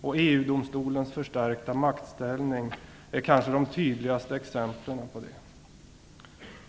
och EU-domstolens förstärkta maktställning är kanske de tydligaste exemplen på det.